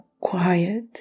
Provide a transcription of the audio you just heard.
quiet